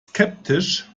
skeptisch